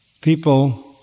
people